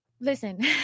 Listen